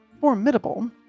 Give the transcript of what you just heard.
formidable